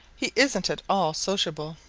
he isn't at all sociable.